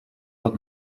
had